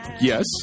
Yes